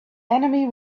enemy